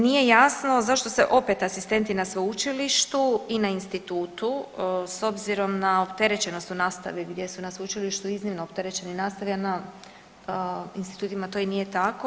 Nije jasno zašto se opet asistenti na sveučilištu i na institutu s obzirom na opterećenost u nastavi gdje su na sveučilištu iznimno opterećeni … [[Govornica se ne razumije.]] a na institutima to i nije tako.